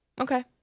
Okay